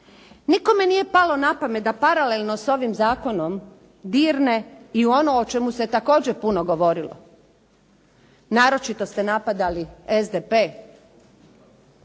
Nikome nije palo na pamet da paralelno s ovim zakonom dirne i u ono o čemu se također puno govorilo, naročito ste napadali SDP,